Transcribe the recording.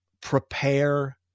prepare